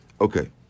Okay